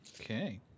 Okay